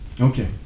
Okay